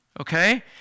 okay